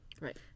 Right